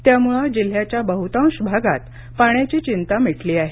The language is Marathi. त्यामुळे जिल्ह्याच्या बह्तांश भागात पाणी चिंता मिटली आहे